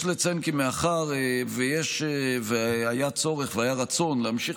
יש לציין כי מאחר שהיה צורך והיה רצון להמשיך